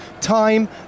time